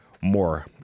more